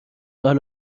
حال